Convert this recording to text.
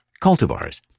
cultivars